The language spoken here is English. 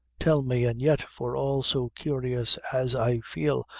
tell me and yet, for all so curious as i feel,